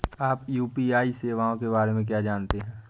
आप यू.पी.आई सेवाओं के बारे में क्या जानते हैं?